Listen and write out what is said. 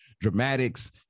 dramatics